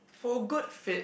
for a good fit